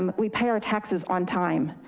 um we pay our taxes on time.